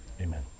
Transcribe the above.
Amen